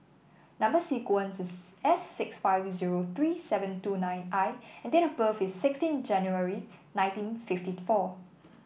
number sequence is S six five zero three seven two nine I and date of birth is sixteen January nineteen fifty four